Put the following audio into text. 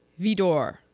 Vidor